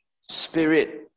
spirit